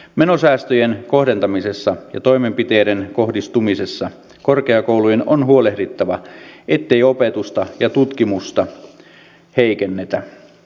menosäästöjen kohdentamisessa ja toimenpiteiden kohdistumisessa korkeakoulujen on huolehdittava ettei opetusta ja tutkimusta heikennetä